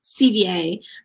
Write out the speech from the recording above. CVA